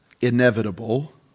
inevitable